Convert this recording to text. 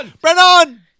Brennan